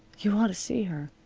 you ought to see her!